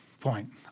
point